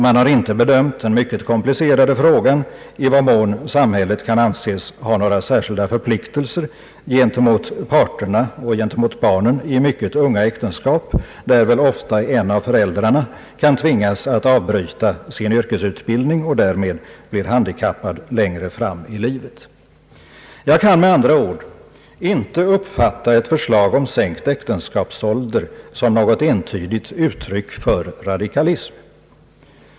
Man har inte bedömt den mycket komplicerade frågan i vad mån samhället kan anses ha några särskilda förpliktelser gentemot parterna och gentemot barnen i mycket unga äktenskap, där ofta en av föräldrarna kan tvingas avbryta sin yrkesutbildning och därmed blir handikappad längre fram i livet. Jag kan med andra ord inte uppfatta ett förslag om sänkt äktenskapsålder som något entydigt uttryck för radikalism.